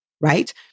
Right